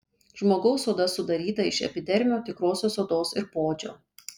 žmogaus oda sudaryta iš epidermio tikrosios odos ir poodžio